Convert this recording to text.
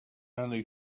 only